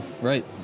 Right